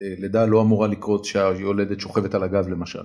לידה לא אמורה לקרות שהיולדת שוכבת על הגב למשל.